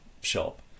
shop